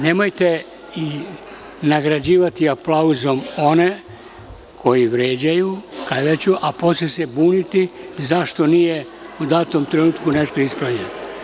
Nemojte nagrađivati aplauzom one koji vređaju, kleveću, a posle se buni zašto nije u datom trenutku nešto ispravljeno.